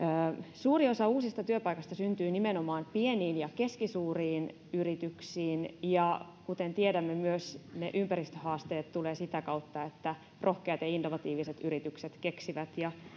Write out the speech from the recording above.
suuri osa uusista työpaikoista syntyy nimenomaan pieniin ja keskisuuriin yrityksiin ja kuten tiedämme myös se ympäristöhaasteiden taklaaminen tulee sitä kautta että rohkeat ja innovatiiviset yritykset keksivät ja